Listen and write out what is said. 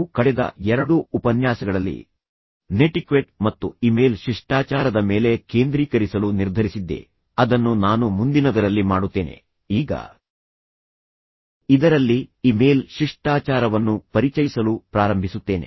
ನಾವು ಕಳೆದ ಎರಡು ಉಪನ್ಯಾಸಗಳಲ್ಲಿ ನೆಟಿಕ್ವೆಟ್ ಮತ್ತು ಇಮೇಲ್ ಶಿಷ್ಟಾಚಾರದ ಮೇಲೆ ಕೇಂದ್ರೀಕರಿಸಲು ನಿರ್ಧರಿಸಿದ್ದೇ ಅದನ್ನು ನಾನು ಮುಂದಿನದರಲ್ಲಿ ಮಾಡುತ್ತೇನೆ ಈಗ ಇದರಲ್ಲಿ ಇಮೇಲ್ ಶಿಷ್ಟಾಚಾರವನ್ನು ಪರಿಚಯಿಸಲು ಪ್ರಾರಂಭಿಸುತ್ತೇನೆ